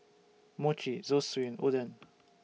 Mochi Zosui and Oden